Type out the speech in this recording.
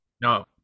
no